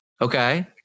Okay